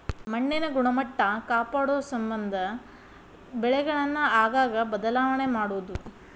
ಮಣ್ಣಿನ ಗುಣಮಟ್ಟಾ ಕಾಪಾಡುಸಮಂದ ಬೆಳೆಗಳನ್ನ ಆಗಾಗ ಬದಲಾವಣೆ ಮಾಡುದು